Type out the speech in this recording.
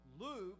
Luke